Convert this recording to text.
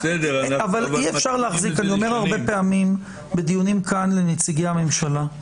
אני אומר כאן הרבה פעמים בדיונים לנציגי הממשלה: